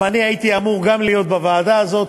גם אני הייתי אמור להיות בוועדה הזאת,